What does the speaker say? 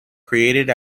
created